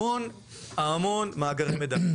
המון מאגרי מידע.